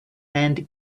and